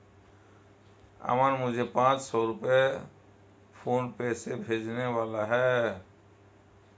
अमन मुझे पांच सौ रुपए फोनपे से भेजने वाला है